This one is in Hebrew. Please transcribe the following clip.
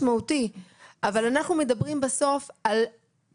יותר כוח אדם שמתפנה לטפל באותם אנשים שהרופאים פה